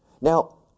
Now